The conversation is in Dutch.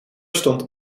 stond